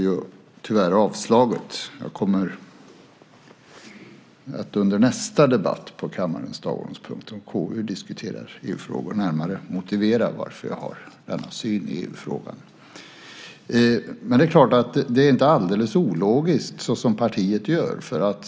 Jag kommer att under nästa debatt på kammarens dagordning där KU ska diskutera EU-frågor närmare motivera varför jag har denna syn i EU-frågan. Det är inte alldeles ologiskt såsom partiet gör.